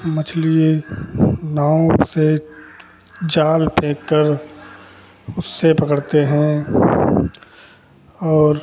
मछली नाव से जाल फेंककर उससे पकड़ते हैं और